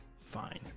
Fine